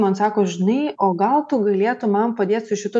man sako žinai o gal tu galėtum man padėti su šitu